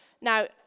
Now